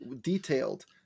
detailed